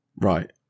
right